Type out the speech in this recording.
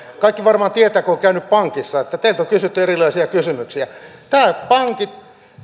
kaikki varmaan tietävät että kun on käynyt pankissa teiltä on kysytty erilaisia kysymyksiä pankit